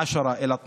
10%,